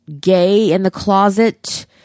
gay-in-the-closet